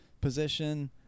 position